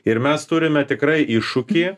ir mes turime tikrai iššūkį